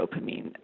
dopamine